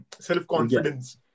self-confidence